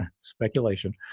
speculation